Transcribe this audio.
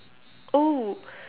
oh